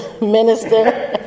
minister